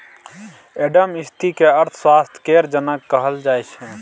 Adam Smith केँ अर्थशास्त्र केर जनक कहल जाइ छै